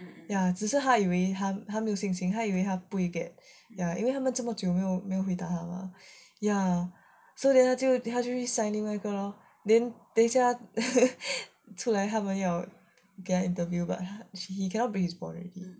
ya 只是他以为他没有信心 then 他以为他不会 get ya 因为他们这么久没有回答他 mah ya so then 他就他就去 sign 另外一个 lor then 等一下出来他们要给他 interview but he cannot play his ball already